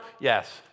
Yes